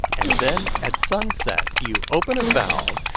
and then, at sunset, you open a valve,